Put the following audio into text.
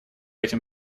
этим